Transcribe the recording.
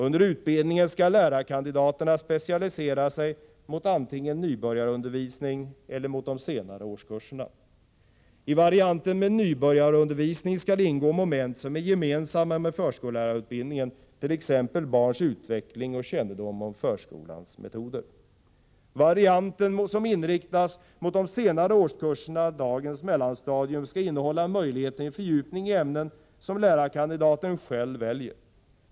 Under utbildningen skall lärarkandidaterna specialisera sig mot antingen nybörjarundervisning eller mot de senare årskurserna. I varianten med nybörjarundervisning skall ingå moment som är gemensamma med förskollärarutbildningen, t.ex. barns utveckling och kännedom om förskolans metoder. Den variant som inriktas mot de senare årskurserna i dagens mellanstadium skall innehålla möjlighet till fördjupning i ämnen som lärarkandidaten själv väljer.